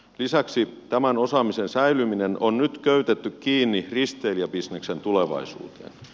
lisäksi tämän osaamisen säilyminen on nyt köytetty kiinni risteilijäbisneksen tulevaisuuteen